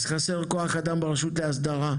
אז חסר כוח אדם ברשות להסדרה,